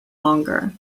longer